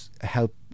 help